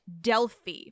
Delphi